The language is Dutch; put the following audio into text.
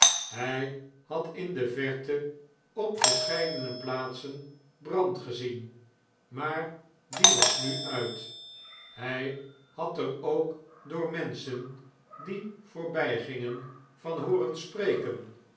hij had in de verte op verscheidene plaatsen brand gezien maar die was nu uit hij had er ook door menschen die voorbijgmgen van hooren spreken